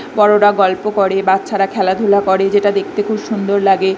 বড়োরা গল্প করে বাচ্চারা খেলাধুলা করে যেটা দেখতে খুব সুন্দর লাগে